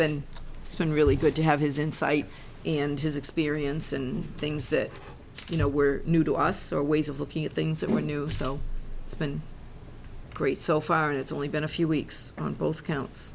been it's been really good to have his insight and his experience and things that you know were new to us or ways of looking at things that were new so it's been great so far it's only been a few weeks on both counts